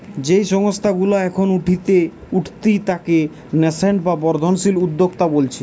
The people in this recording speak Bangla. যেই সংস্থা গুলা এখন উঠতি তাকে ন্যাসেন্ট বা বর্ধনশীল উদ্যোক্তা বোলছে